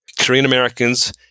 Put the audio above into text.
Korean-Americans